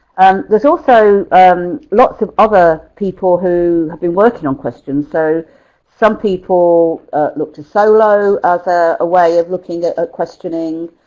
there's also um lots of other people who have been working on questions. so some people look to solo as a way of looking at ah questioning,